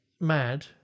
mad